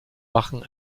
wachen